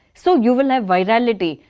so you will have virality.